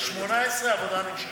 2018, העבודה נמשכת.